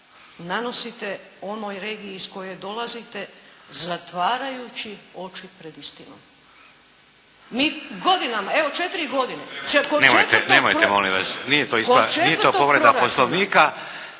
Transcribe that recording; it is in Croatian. nanosite onoj regiji iz koje dolazite zatvarajući oči pred istinom. Mi godinama, evo četiri godine. **Šeks, Vladimir